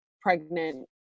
pregnant